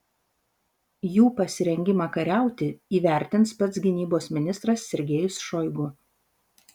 jų pasirengimą kariauti įvertins pats gynybos ministras sergejus šoigu